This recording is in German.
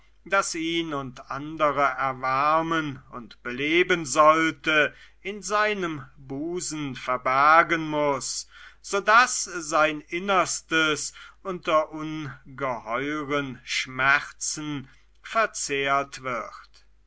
das ihn und andere erwärmen und beleben sollte in seinem busen verbergen muß so daß sein innerstes unter ungeheuren schmerzen verzehrt wird